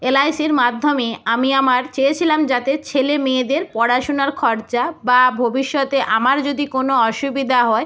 এলআইসির মাধ্যমে আমি আমার চেয়েছিলাম যাতে ছেলে মেয়েদের পড়াশুনার খরচা বা ভবিষ্যতে আমার যদি কোনো অসুবিধা হয়